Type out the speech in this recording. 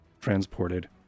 transported